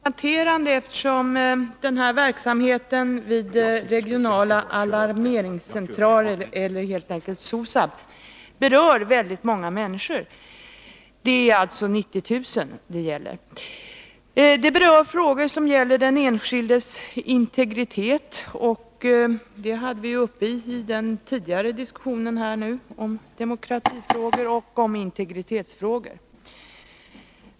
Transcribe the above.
Herr talman! Jag skall fatta mig kort, men det är ändå angeläget att göra ett konstaterande eftersom verksamheten vid regionala alarmeringscentraler — eller SOSAB, helt enkelt — berör väldigt många människor. Det gäller larmnumret 90 000. Det handlar om den enskildes integritet, som vi också hade uppe i den tidigare diskussionen om demokratifrågor och integritetsfrågor.